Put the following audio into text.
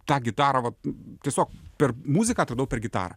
tą gitarą vat tiesiog per muziką atradau per gitarą